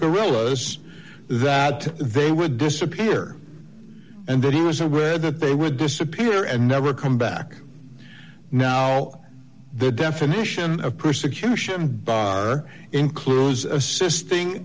guerrillas that they would disappear and there was a red that they would disappear and never come back now the definition of persecution includes assisting